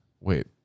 Wait